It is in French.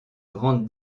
grandes